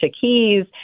Keys